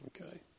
Okay